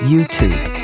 YouTube